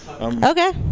Okay